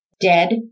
dead